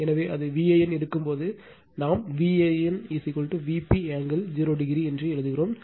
எனவே அது Van இருக்கும்போது நாம் Van Vp angle 0 o என்று எழுதுகிறோம்